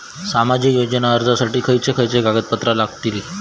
सामाजिक योजना अर्जासाठी खयचे खयचे कागदपत्रा लागतली?